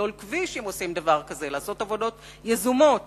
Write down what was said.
מחפשים עבודות יזומות